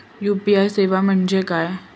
UPI सेवा म्हणजे काय?